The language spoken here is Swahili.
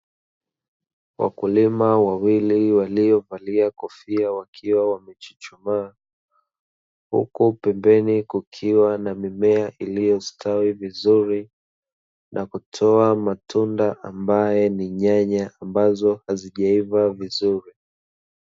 Wakulima wawili waliovalia kofia wakiwa wamechuchumaa, huku pembeni kukiwa na mimea iliyostawi vizuri na kutoa matunda ambayo ni nyanya ambazo hazijaiva vizuri.